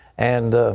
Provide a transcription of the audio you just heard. and